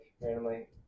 randomly